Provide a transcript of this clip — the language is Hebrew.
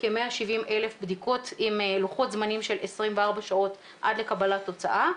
כ-170,000 בדיקות עם לוחות זמנים של 24 שעות עד לקבלת תוצאה,